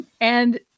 And-